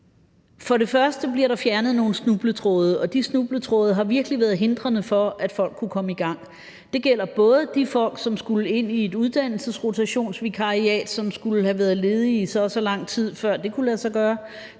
For det første bliver der fjernet nogle snubletråde, og de snubletråde har virkelig været hindrende for, at folk kunne komme i gang. Det gælder både de folk, som skulle ind i et uddannelsesrotationsvikariat, og som skulle have været ledige i så og så lang tid, før det kunne lade sig gøre,